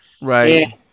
Right